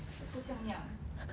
不像样